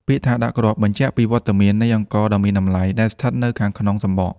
ពាក្យថា «ដាក់គ្រាប់» បញ្ជាក់ពីវត្តមាននៃអង្ករដ៏មានតម្លៃដែលស្ថិតនៅខាងក្នុងសម្បក។